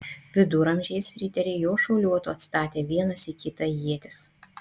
viduramžiais riteriai jau šuoliuotų atstatę vienas į kitą ietis